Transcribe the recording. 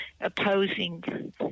opposing